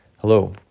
Hello